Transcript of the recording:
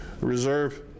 reserve